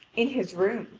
in his room,